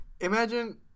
Imagine